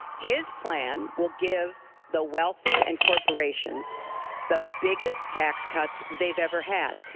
his plan will give the wealthy and corporations the biggest tax cuts they have ever had.